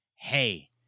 hey